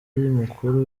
mukuru